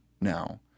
now